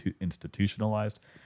institutionalized